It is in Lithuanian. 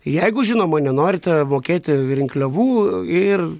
jeigu žinoma nenorite mokėti rinkliavų ir